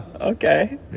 Okay